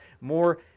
more